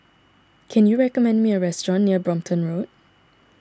can you recommend me a restaurant near Brompton Road